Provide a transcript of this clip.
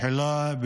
בתחילה,